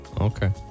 Okay